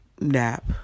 nap